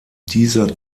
dieser